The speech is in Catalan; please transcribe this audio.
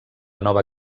nova